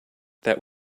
that